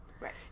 Right